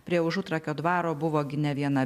prie užutrakio dvaro buvo ne viena